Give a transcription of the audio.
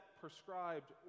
prescribed